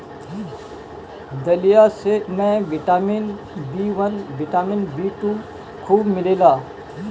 दलिया में vitamin B one, vitamin B two खूब मिलेला